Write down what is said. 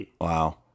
Wow